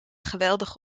geweldig